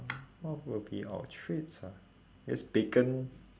what would be our treats ah guess bacon